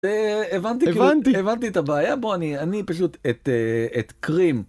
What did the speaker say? הבנתי הבנתי הבנתי את הבעיה בוא נהיה אני פשוט את את קרים.